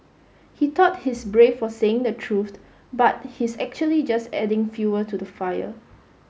he thought he's brave for saying the truth but he's actually just adding fuel to the fire